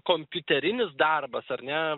kompiuterinis darbas ar ne